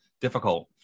difficult